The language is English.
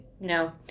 No